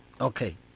Okay